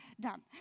done